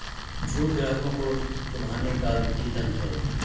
छूट ग्राहकों को लुभाने का वित्तीय तंत्र है